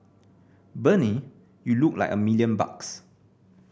Bernie you look like a million bucks